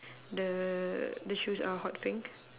the the shoes are hot pink